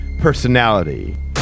personality